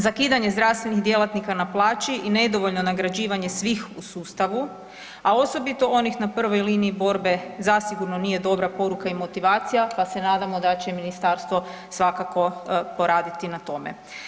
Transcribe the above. Zakidanje zdravstvenih djelatnika na plaći i nedovoljno nagrađivanje svih u sustavu, a osobito onih na prvoj liniji borbe zasigurno nije dobra poruka i motivacija, pa se nadamo da će ministarstvo svakako poraditi na tom.